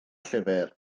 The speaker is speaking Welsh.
llyfr